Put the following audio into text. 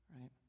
Right